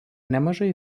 nemažai